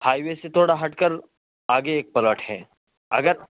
highway سے تھوڑا ہٹ کر آگے ایک پلاٹ ہے اگر